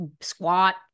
squat